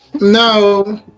No